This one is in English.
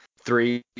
three